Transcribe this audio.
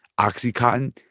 oxycontin,